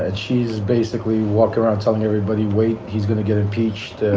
ah she's basically walk around telling everybody, wait, he's going to get impeached.